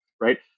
right